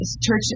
church